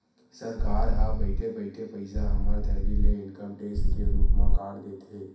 सरकार ह बइठे बइठे पइसा हमर थैली ले इनकम टेक्स के रुप म काट देथे